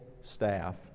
staff